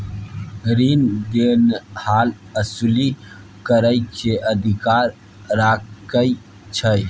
रीन देनहार असूली करइ के अधिकार राखइ छइ